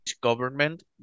government